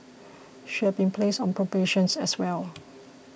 she has been placed on probations as well